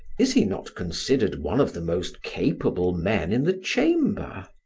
is he not considered one of the most capable men in the chamber?